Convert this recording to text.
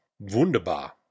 wunderbar